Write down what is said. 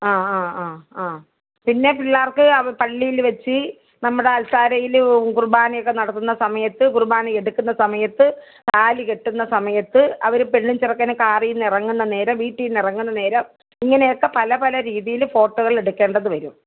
ആ ആ ആ ആ പിന്നെ പിള്ളേർക്ക് അ പള്ളിയിൽ വെച്ച് നമ്മുടെ അൽത്താരയിൽ കുർബാന ഒക്കെ നടത്തുന്ന സമയത്ത് കുർബാന എടുക്കുന്ന സമയത്ത് താലി കെട്ടുന്ന സമയത്ത് അവർ പെണ്ണും ചെറുക്കനും കാറിൽ നിന്ന് ഇറങ്ങുന്ന നേരം വീട്ടിൽ നിന്ന് ഇറങ്ങുന്ന നേരം ഇങ്ങനെയൊക്കെ പല പല രീതിയിൽ ഫോട്ടോകൾ എടുക്കേണ്ടത് വരും